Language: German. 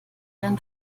einen